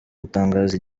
gutangaza